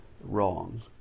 wrong